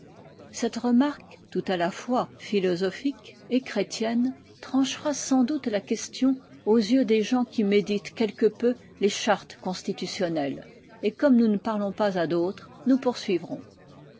cette remarque tout à la fois philosophique et chrétienne tranchera sans doute la question aux yeux des gens qui méditent quelque peu les chartes constitutionnelles et comme nous ne parlons pas à d'autres nous poursuivrons